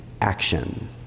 action